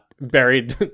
buried